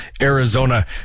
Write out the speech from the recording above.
Arizona